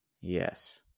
Yes